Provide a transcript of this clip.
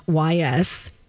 YS